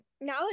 now